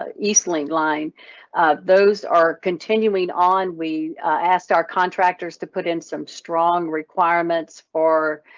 ah eastlink line those are continuing on. we asked our contractors to put in some strong requirements for